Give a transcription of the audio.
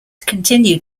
continued